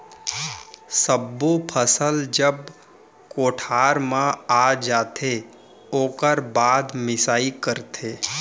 सब्बो फसल जब कोठार म आ जाथे ओकर बाद मिंसाई करथे